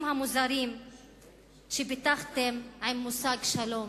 המוזרים שפיתחתם עם המושג "שלום".